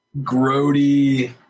grody